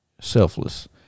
selfless